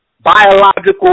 biological